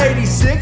86